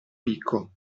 picco